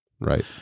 Right